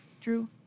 Drew